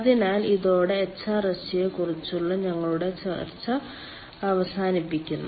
അതിനാൽ ഇതോടെ എച്ച്ആർഎസ്ജിയെക്കുറിച്ചുള്ള ഞങ്ങളുടെ ചർച്ച അവസാനിക്കുന്നു